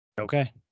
okay